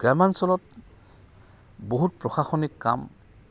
গ্ৰামাঞ্চলত বহুত প্ৰশাসনিক কাম